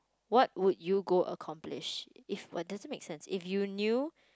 what would you go accomplish if what doesn't make sense if you knew